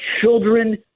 children